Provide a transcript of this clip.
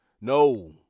no